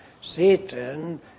Satan